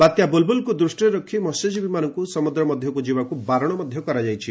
ବାତ୍ୟା ବୁଲ୍ବୁଲ୍କୁ ଦୃଷ୍ଟିରେ ରଖି ମସ୍ୟଜୀବୀମାନଙ୍କୁ ସମୁଦ୍ର ମଧ୍ୟକୁ ଯିବାକୁ ବାରଣ କରାଯାଇଛି